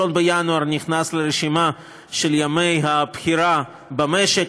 1 בינואר נכנס לרשימה של ימי הבחירה במשק,